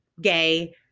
gay